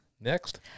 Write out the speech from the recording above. Next